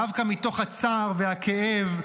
דווקא מתוך הצער והכאב,